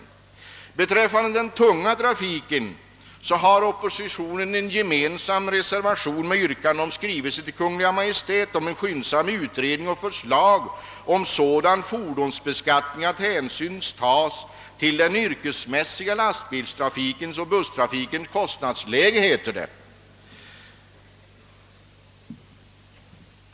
Då det gäller den tunga trafiken har oppositionen en gemensam reservation med yrkande om skrivelse till Kungl. Maj:t angående »skyndsam utredning och förslag om sådan utformning av fordonsbeskattningen, att hänsyn tages till den yrkesmässiga lastbilstrafikens och busstrafikens kostnadsläge».